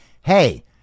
hey